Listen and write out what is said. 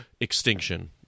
Extinction